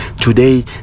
Today